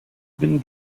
been